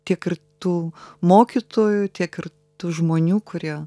tiek ir tų mokytojų tiek ir tų žmonių kurie